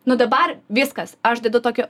nu dabar viskas aš dedu tokio